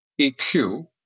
EQ